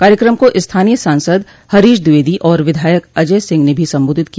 कार्यक्रम को स्थानीय सांसद हरीश द्विवेदी और विधायक अजय सिंह ने भी संबोधित किया